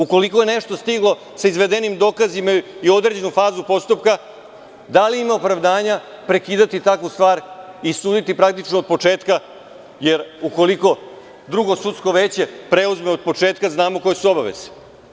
Ukoliko je nešto stiglo sa izvedenim dokazima i u određenu fazu postupka, da li ima opravdanja prekidati takvu stvar i suditi praktično od početka, jer ukoliko drugo sudsko veće preuzme od početka, znamo koje su obaveze.